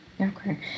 Okay